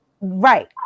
Right